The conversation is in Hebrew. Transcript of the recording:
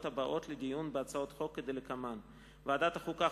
הבאות לדיון בהצעות חוק: ועדת החוקה,